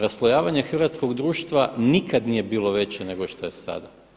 Raslojavanje hrvatskog društva nikad nije bilo veće nego što je sada.